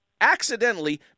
accidentally